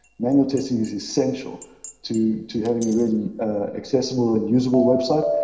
manual testing is essential to to having a really accessible and usable website.